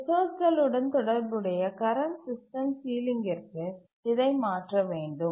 ரிசோர்ஸ்களுடன் தொடர்புடைய current system சீலிங்கிற்கு இதை மாற்ற வேண்டும்